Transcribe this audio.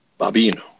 babino